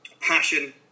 Passion